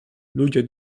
ludzie